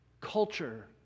culture